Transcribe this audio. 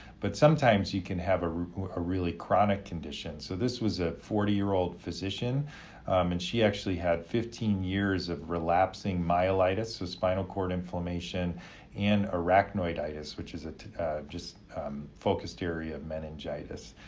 but sometimes, you can have ah a really chronic condition. so this was a forty-year-old physician and she actually had fifteen years of relapsing myelitis, so spinal cord inflammation and arachnoiditis, which is just a focused area of meningitis.